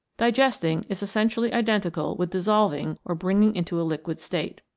digesting is essentially identical with dis solving, or bringing into a liquid state.